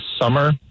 summer